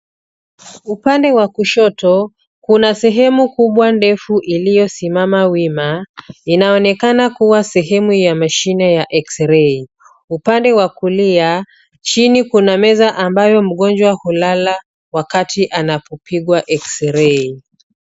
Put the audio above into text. Upande wa kushoto, kuna sehemu kubwa ndefu iliyo simama wima, inayoonekana kuwa sehemu ya mashine ya Xray. Upande wa kulia, chini kuna meza ambayo mgonjwa hulala wakati anapopigwa Xray.